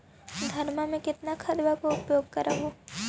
धानमा मे कितना खदबा के उपयोग कर हू?